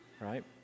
Right